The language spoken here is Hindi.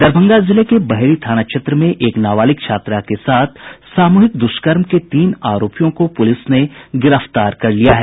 दरभंगा जिले के बहेड़ी थाना क्षेत्र में एक नाबालिग छात्रा के साथ सामूहिक दुष्कर्म के तीन आरोपियों को पुलिस ने गिरफ्तार कर लिया है